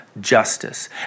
justice